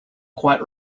quite